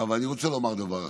אבל אני רוצה לומר דבר אחד: